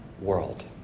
world